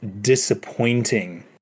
disappointing